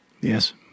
Yes